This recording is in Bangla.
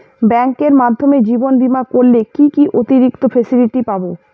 ব্যাংকের মাধ্যমে জীবন বীমা করলে কি কি অতিরিক্ত ফেসিলিটি পাব?